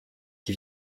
qui